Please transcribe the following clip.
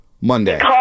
Monday